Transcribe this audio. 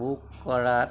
book কৰাত